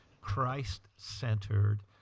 Christ-centered